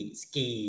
ski